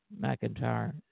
McIntyre